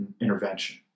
intervention